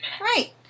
Right